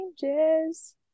Changes